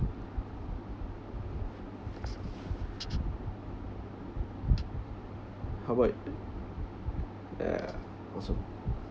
how about ya awesome